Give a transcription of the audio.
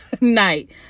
night